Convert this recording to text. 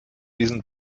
diesen